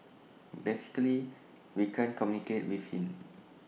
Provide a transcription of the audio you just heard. basically we can't communicate with him